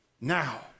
now